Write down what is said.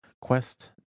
quest